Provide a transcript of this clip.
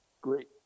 Great